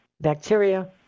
bacteria